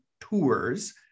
tours